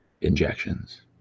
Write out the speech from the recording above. injections